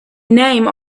name